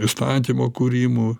įstatymo kūrimų